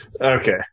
Okay